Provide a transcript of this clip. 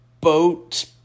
boat